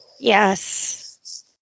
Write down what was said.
yes